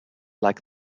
like